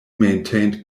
maintained